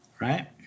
Right